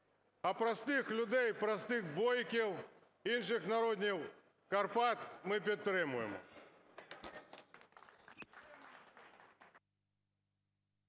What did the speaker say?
А простих людей, простих бойків, інших народів Карпат ми підтримуємо.